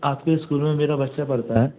आपके इस्कूल में मेरा बच्चा पढ़ता है